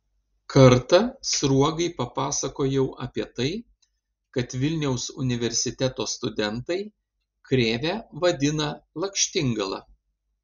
kartą sruogai papasakojau apie tai kad vilniaus universiteto studentai krėvę vadina lakštingala